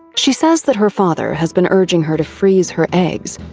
she says that her father has been urging her to freeze her eggs.